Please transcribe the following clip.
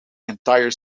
entire